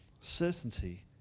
Certainty